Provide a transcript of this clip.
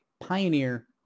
Pioneer